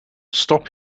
stop